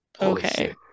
okay